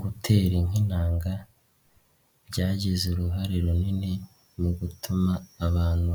Gutera inka intanga byagize uruhare runini mu gutuma abantu